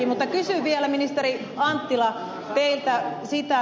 mutta kysyn vielä ministeri anttila teiltä